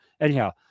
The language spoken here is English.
anyhow